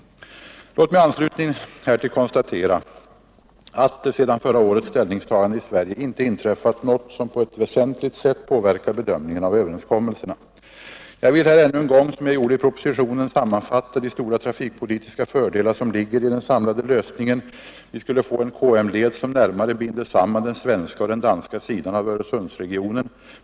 Låt mig i anslutning härtill konstatera, att det sedan förra årets ställningstagande i Sverige inte inträffat något som på ett väsentligt sätt påverkar bedömningen av överenskommelserna. Jag vill här ännu en gång — som jag gjorde i propositionen — sammanfatta de stora trafikpolitiska fördelar som ligger i den samlade lösningen. Vi skulle få en KM-led som närmare binder samman den svenska och den danska sidan av Öresundsregionen.